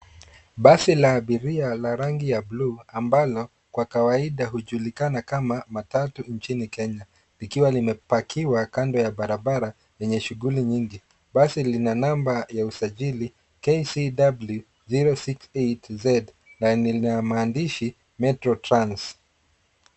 Basi la abiria la rangi ya blue , ambalo kwa kawaida, hujulikana kama matatu, nchini Kenya. Likiwa limepakiwa kando ya barabara, yenye shughuli nyingi. Basi lina namba ya usajili KCW 068 Z, na lina maandishi, metro trans .